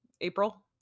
April